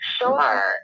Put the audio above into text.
Sure